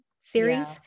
series